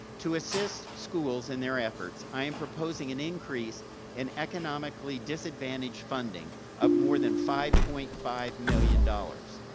to assist schools and their efforts, i am proposing an increase in economically disadvantaged funding of more than five point five million dollars.